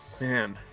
man